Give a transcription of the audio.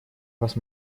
вас